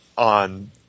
On